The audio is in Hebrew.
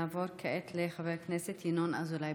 נעבור כעת לחבר הכנסת ינון אזולאי.